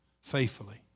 faithfully